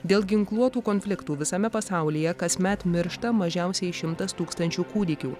dėl ginkluotų konfliktų visame pasaulyje kasmet miršta mažiausiai šimtas tūkstančių kūdikių